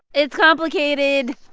it's complicated.